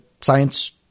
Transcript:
science